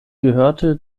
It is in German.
gehörte